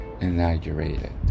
inaugurated